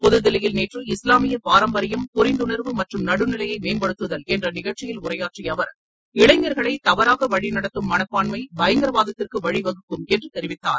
புதுதில்லியில் நேற்று இஸ்லாமிய பாரம்பரியம் புரிந்துணர்வு மற்றும் நடுநிலையை மேம்படுத்துதல் என்ற நிகழ்ச்சியில் தவறாக வழிநடத்தம் மனப்பான்மைபயங்கரவாதத்திற்கு வழிவகுக்கும் என்று தெரிவித்தார்